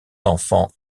enfants